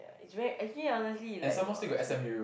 ya it's very actually honestly it's like !wah!